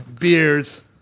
beers